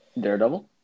Daredevil